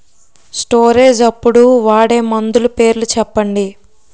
Storage అప్పుడు వాడే మందులు పేర్లు చెప్పండీ?